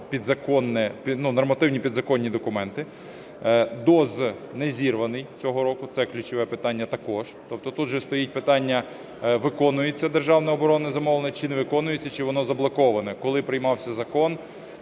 нормативні підзаконні документи. ДОЗ не зірваний цього року, це ключове питання також. Тобто тут же стоїть питання виконується державне оборонне замовлення чи не виконується, чи воно заблоковане. Коли приймався закон,